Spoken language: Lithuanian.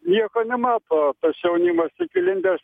nieko nemato tas jaunimas tik įlindęs